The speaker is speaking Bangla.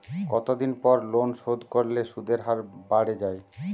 কতদিন পর লোন শোধ করলে সুদের হার বাড়ে য়ায়?